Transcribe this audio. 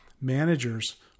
managers